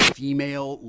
female